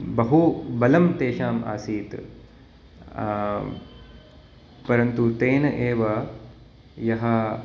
बहु बलं तेषाम् आसीत् परन्तु तेन एव यः